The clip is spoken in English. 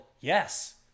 Yes